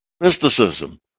mysticism